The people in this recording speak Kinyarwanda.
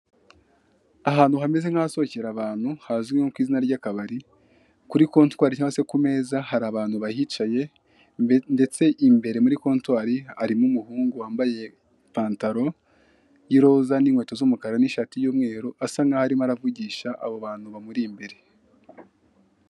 Ahantu hameze nk'ahasohokera abantu hazwi nko ku izina ry'akabari, kuri kontwari yo hasi ku meza hari abantu bahicaye ndetse imbere muri kontwari harimo umuhungu wambaye ipantaro y'iroza n'inkweto z'umukara n'ishati y'umweru, asa nk'aho arimo aravugisha abo bantu bamuri imbere.